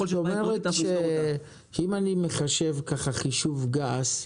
זאת אומרת שאם אני מחשב ככה חישוב גס,